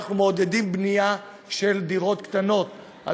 אנחנו מעודדים בנייה של דירות קטנות על